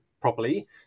properly